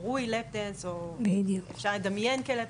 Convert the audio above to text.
שקרוי "לאפ דאנס" או אפשר לדמיין כ"לאפ